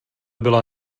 byla